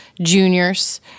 juniors